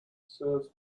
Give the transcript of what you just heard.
serves